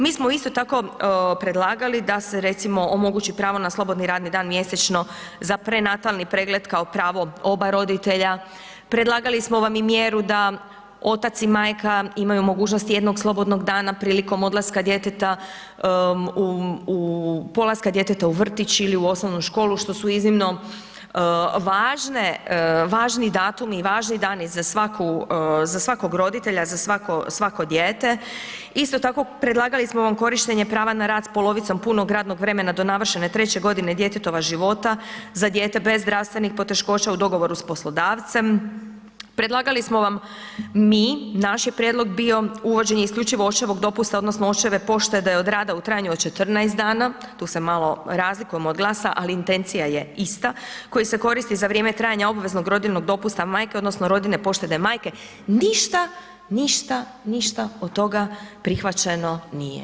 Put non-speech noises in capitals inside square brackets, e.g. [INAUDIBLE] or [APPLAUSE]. Mi smo isto tako predlagali da se recimo omogući pravo na slobodni radni dan mjesečno za prenatalni pregled kao pravo oba roditelja, predlagali smo vam i mjeru da otac i majka imaju mogućnosti jednog slobodnog dana prilikom odlaska djeteta u, u, polaska djeteta u vrtić ili u osnovnu školu, što su iznimno važne, važni datumi i važni dani za svaku, za svakog roditelja za svako, svako dijete, isto tako predlagali smo vam korištenje prava na rad s polovicom punog radnog vremena do navršene treće godine djetetova djece za dijete bez zdravstvenih poteškoća u dogovoru s poslodavcem, predlagali smo vam mi, naš je prijedlog bio, uvođenje isključivo očevog dopusta odnosno očeve ... [UNINTELLIGIBLE] da je od rada u trajanju od 14 dana, tu se malo razlikujemo od GLAS-a, ali intencija je ista, koji se koristi za vrijeme trajanja obveznog rodiljnog dopusta majke odnosno rodiljne poštede majke, ništa, ništa, ništa od toga prihvaćeno nije.